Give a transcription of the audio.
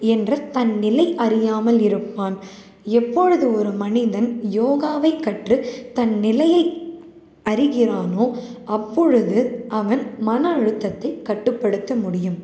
என்ற தன் நிலை அறியாமல் இருப்பான் எப்பொழுது ஒரு மனிதன் யோகாவை கற்று தன் நிலையை அறிகிறானோ அப்பொழுது அவன் மன அழுத்தத்தை கட்டுப்படுத்த முடியும்